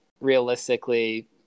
realistically